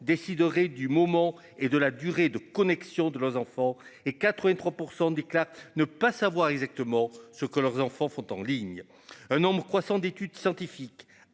décideraient du moment et de la durée de connexion de leurs enfants et 83% des ne pas savoir exactement ce que leurs enfants sont en ligne. Un nombre croissant d'études scientifiques